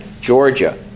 Georgia